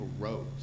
arose